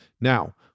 Now